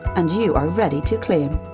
and you are ready to claim.